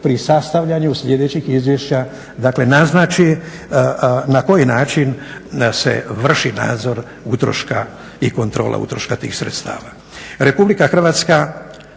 pri sastavljanju sljedećih izvješća dakle naznači na koji način se vrši nadzor utroška i kontrole utroška tih sredstava. Republika Hrvatska